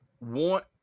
want